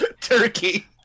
Turkey